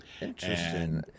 Interesting